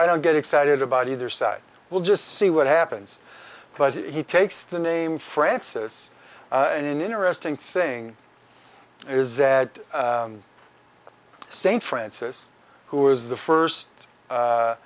i don't get excited about either side we'll just see what happens but he takes the name francis in an interesting thing is that saint francis who was the first